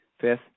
Fifth